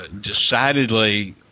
decidedly